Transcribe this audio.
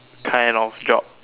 kind of job